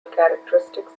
characteristics